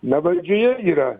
na valdžioje yra